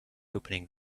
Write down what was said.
opening